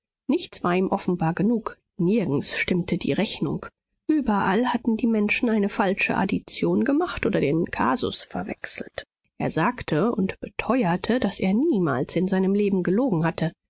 nichts war ihm offenbar genug nirgends stimmte die rechnung überall hatten die menschen eine falsche addition gemacht oder den kasus verwechselt er sagte und beteuerte daß er niemals in seinem leben gelogen hatte